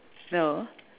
no